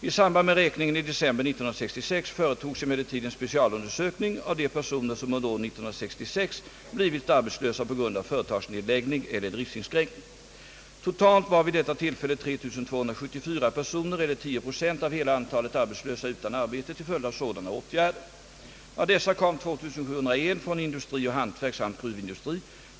I samband med räkningen i december 1966 företogs emellertid en specialundersökning av de personer som under år 1966 blivit arbetslösa på grund av = företagsnedläggning eller driftsinskränkning. Totalt var vid detta tillfälle 3 274 personer eller 10 procent av hela antalet arbetslösa utan arbete till följd av sådana åtgärder. Av dessa kom 2701 från industri och hantverk samt gruvindustri.